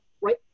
right